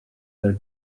their